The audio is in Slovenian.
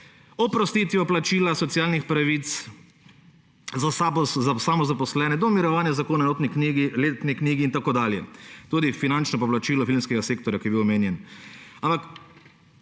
oprostitvijo plačila socialnih pravic za samozaposlene, do mirovanja zakona o enotni ceni knjige in tako dalje, tudi finančno poplačilo filmskega sektorja, ki je bil omenjen.